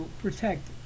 protect